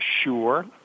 sure